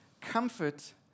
comfort